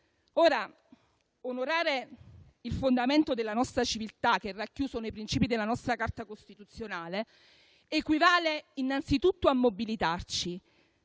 Ora, onorare il fondamento della nostra civiltà, che è racchiuso nei principi della nostra Carta costituzionale, equivale innanzitutto a mobilitarci.